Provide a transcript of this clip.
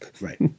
right